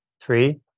three